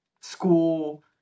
school